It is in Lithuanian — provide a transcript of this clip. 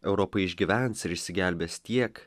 europa išgyvens ir išsigelbės tiek